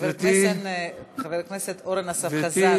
חבר הכנסת אורן אסף חזן,